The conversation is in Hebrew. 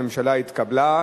המסחר והתעסוקה בסעיף 29(א)